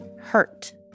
hurt